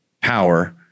power